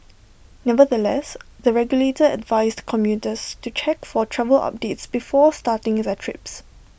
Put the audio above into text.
nevertheless the regulator advised commuters to check for travel updates before starting their trips